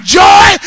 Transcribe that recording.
joy